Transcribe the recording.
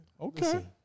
Okay